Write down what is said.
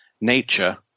nature